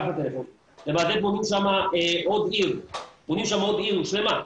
עוד עיר שלמה.